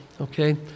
okay